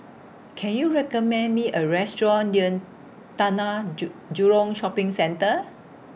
Can YOU recommend Me A Restaurant near Taman Jurong Shopping Centre